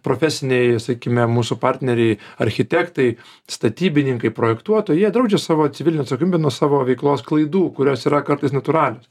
profesiniai sakime mūsų partneriai architektai statybininkai projektuotojai jie draudžia savo civilinę atsakomybę savo veiklos klaidų kurios yra kartais natūralios